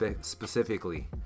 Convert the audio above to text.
specifically